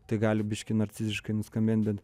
tai gali biškį narciziškai nuskambėt bet